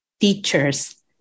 teachers